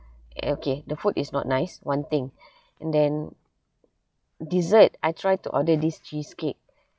okay the food is not nice one thing and then dessert I tried to order this cheesecake